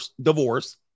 divorce